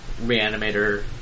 reanimator